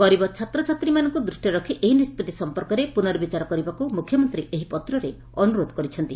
ଗରୀବ ଛାତ୍ରୀମାନଙ୍କୁ ଦୃଷ୍ଟିରେ ରଖି ଏହି ନିଷ୍ବଭି ସମ୍ମର୍କରେ ପୁନର୍ବଚାର କରିବାକୁ ମୁଖ୍ୟମନ୍ତୀ ଏହି ପତ୍ରରେ ଅନୁରୋଧ କରିଛନ୍ତି